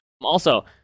Also-